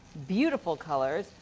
beautiful colors.